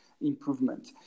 improvement